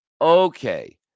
Okay